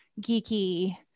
geeky